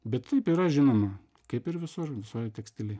bet taip yra žinoma kaip ir visur visoj tekstilėj